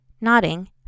Nodding